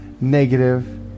negative